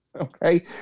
Okay